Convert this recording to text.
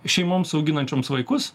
šeimoms auginančioms vaikus